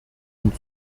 und